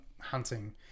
hunting